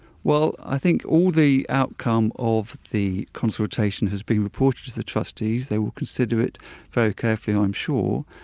well i think all the outcome of the consultation has been reported to the trustees, they will consider it very carefully, i'm sure,